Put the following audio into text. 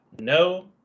No